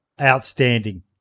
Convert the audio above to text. outstanding